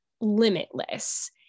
limitless